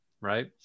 right